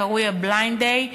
הקרוי ה-Blind Day,